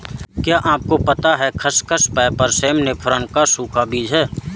क्या आपको पता है खसखस, पैपर सोमनिफरम का सूखा बीज है?